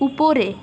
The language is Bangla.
উপরে